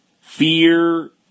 fear